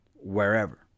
wherever